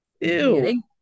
ew